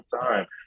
time